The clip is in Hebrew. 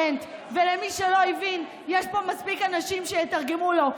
ולמי שלא הבין, יש פה מספיק אנשים שיתרגמו לו.